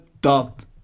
dot